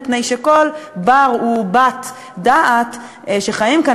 מפני שכל בר ובת דעת שחיים כאן,